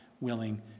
willing